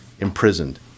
imprisoned